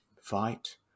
fight